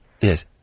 Yes